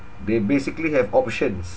they basically have options